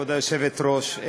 כבוד היושבת-ראש,